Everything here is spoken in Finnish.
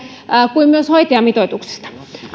kuin myös hoitajamitoituksesta